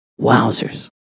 Wowzers